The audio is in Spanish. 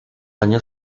año